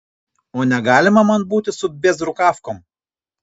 o negalima man būti su bėzrukavkom